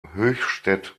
höchstadt